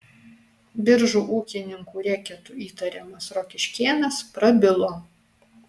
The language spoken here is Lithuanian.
biržų ūkininkų reketu įtariamas rokiškėnas prabilo